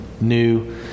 new